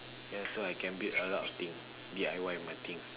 that's why I can build a lot thing D_I_Y my thing